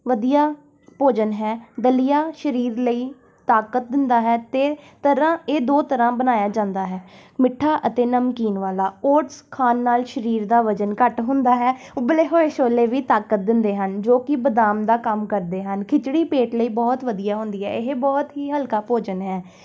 ਵਧੀਆ ਭੋਜਨ ਹੈ ਦਲੀਆ ਸਰੀਰ ਲਈ ਤਾਕਤ ਦਿੰਦਾ ਹੈ ਅਤੇ ਤਰ੍ਹਾਂ ਇਹ ਦੋ ਤਰ੍ਹਾਂ ਬਣਾਇਆ ਜਾਂਦਾ ਹੈ ਮਿੱਠਾ ਅਤੇ ਨਮਕੀਨ ਵਾਲਾ ਓਟਸ ਖਾਣ ਨਾਲ ਸਰੀਰ ਦਾ ਵਜ਼ਨ ਘੱਟ ਹੁੰਦਾ ਹੈ ਉਬਲੇ ਹੋਏ ਛੋਲੇ ਵੀ ਤਾਕਤ ਦਿੰਦੇ ਹਨ ਜੋ ਕਿ ਬਦਾਮ ਦਾ ਕੰਮ ਕਰਦੇ ਹਨ ਖਿਚੜੀ ਪੇਟ ਲਈ ਬਹੁਤ ਵਧੀਆ ਹੁੰਦੀ ਹੈ ਇਹ ਬਹੁਤ ਹੀ ਹਲਕਾ ਭੋਜਨ ਹੈ